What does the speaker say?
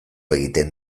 egiten